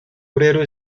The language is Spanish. obrero